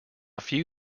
few